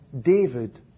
David